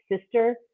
sister